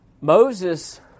Moses